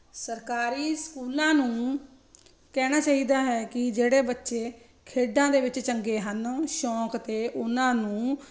ਸਰਕਾਰੀ ਸਕੂਲਾਂ ਨੂੰ ਕਹਿਣਾ ਚਾਹੀਦਾ ਹੈ ਕਿ ਜਿਹੜੇ ਬੱਚੇ ਖੇਡਾਂ ਦੇ ਵਿੱਚ ਚੰਗੇ ਹਨ ਸ਼ੌਕ ਅਤੇ ਉਹਨਾਂ ਨੂੰ